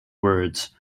words